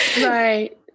right